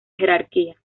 jerarquía